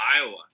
Iowa